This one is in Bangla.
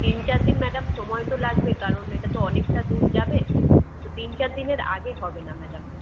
তিন চার দিন ম্যাডাম সময় তো লাগবে কারণ এটা তো অনেকটা দূর যাবে তো তিন চার দিনের আগে হবে না ম্যাডাম